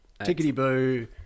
Tickety-boo